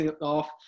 off